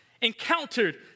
encountered